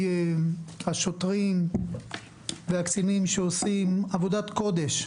השוטרים והקצינים שעושים עבודת קודש,